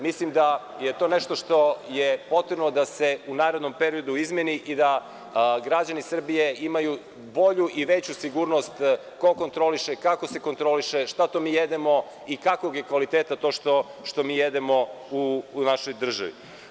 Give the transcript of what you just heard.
Mislim da je to nešto što je potrebno da se u narednom periodu izmeni i da građani Srbije imaju bolju i veću sigurnost ko kontroliše, kako se kontroliše, šta to mi jedemo i kakvog je kvaliteta to što mi jedemo u našoj državi.